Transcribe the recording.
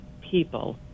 people